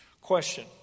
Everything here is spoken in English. Question